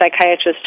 psychiatrist